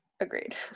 Agreed